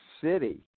city